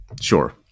Sure